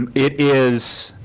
um it is.